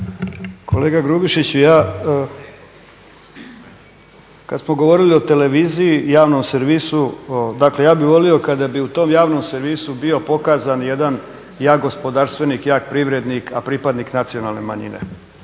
Kolega Grubišiću ja kada smo govorili o televiziji javnom servisu dakle ja bih volio kada bi u tom javnom servisu bio pokazan jedan jak gospodarstvenik, jak privrednik, a pripadnik nacionalne manjine.